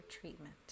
treatment